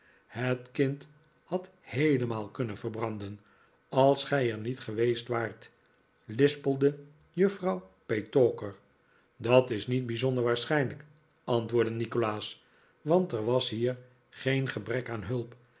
het kind had heelemaal kunnen verbranden als gij er niet geweest waart lispelde juffrouw petowker dat is niet bijzonder waarschijnlijk antwoordde nikolaas want er was hier geen gebrek aan hulp